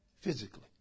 Physically